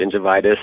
gingivitis